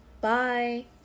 Bye